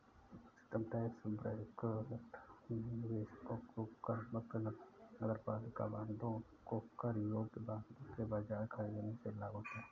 उच्चतम tax bracket में निवेशकों को करमुक्त नगरपालिका बांडों को कर योग्य बांडों के बजाय खरीदने से लाभ होता है